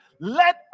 Let